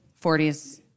40s